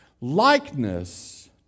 Likeness